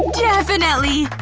definitely!